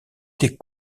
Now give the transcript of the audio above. des